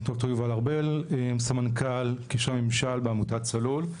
ד"ר יובל ארבל, סמנכ"ל קשרי ממשל בעמותת "צלול".